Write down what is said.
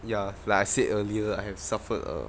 ya like I said earlier I have suffered a